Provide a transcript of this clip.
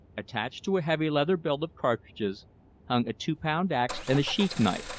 attached to a heavy leather belt of cartridges hung a two-pound ax and a sheath knife.